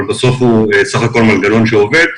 אבל בסוף הוא בסך הכול מנגנון שעובד.